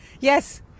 Yes